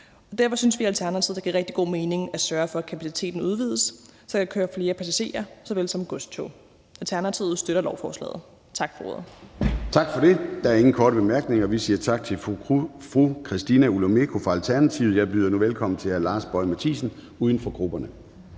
Derfor synes vi i Alternativet, at det giver rigtig god mening at sørge for, at kapaciteten udvides, så der kan køre flere passagertog såvel som godstog. Alternativet støtter lovforslaget. Tak for ordet. Kl. 10:30 Formanden (Søren Gade): Tak for det. Der er ingen korte bemærkninger, og vi siger tak til fru Christina Olumeko fra Alternativet. Jeg byder nu velkommen til hr. Lars Boje Mathiesen, uden for grupperne.